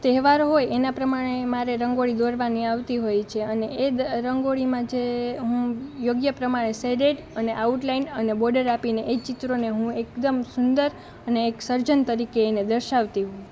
તહેવારો હોય એના પ્રમાણે મારે રંગોળી દોરવાની આવતી હોય છે અને એ રંગોળીમાં જે હું યોગ્ય પ્રમાણે સેડેડ અને આઉટ લાઇન અને બોડર આપીને એ ચિત્રોને હું એકદમ સુંદર અને એક સર્જન તરીકે એને દર્શાવતી હોઉં છું